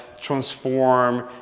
transform